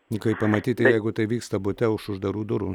o kaip pamatyti jeigu tai vyksta bute už uždarų durų